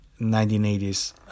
1980s